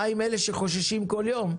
מה עם אלה שחוששים בכל יום?